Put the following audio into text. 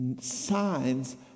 Signs